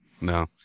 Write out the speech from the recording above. No